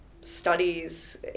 studies